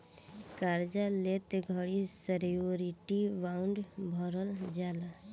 कार्जा लेत घड़ी श्योरिटी बॉण्ड भरवल जाला